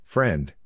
Friend